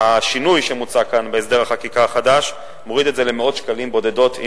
השינוי המוצע כאן בהסדר החקיקה החדש מוריד את זה למאות בודדות של שקלים,